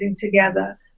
together